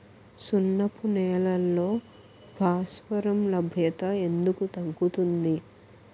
సున్నపు నేలల్లో భాస్వరం లభ్యత ఎందుకు తగ్గుతుంది?